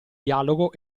dialogo